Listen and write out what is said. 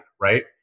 right